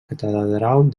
catedral